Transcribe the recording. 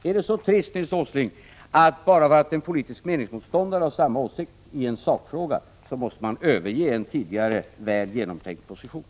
Är det så trist, Nils Åsling, att bara för att en politisk meningsmotståndare har samma åsikt i sakfrågan måste man överge en tidigare, väl genomtänkt position?